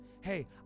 Hey